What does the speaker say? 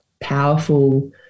powerful